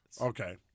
Okay